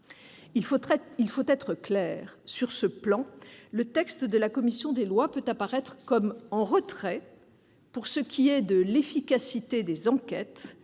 Il faut être clair : sur ce plan, le texte de la commission des lois peut apparaître comme en retrait pour ce qui est de l'efficacité des enquêtes